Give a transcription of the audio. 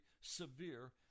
severe